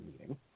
meeting